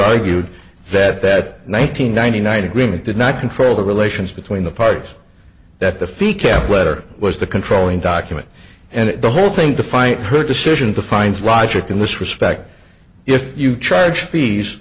argued that that nine hundred ninety nine agreement did not control the relations between the parties that the fee cap letter was the controlling document and the whole thing to fight her decision to fines rodrick in this respect if you charge fees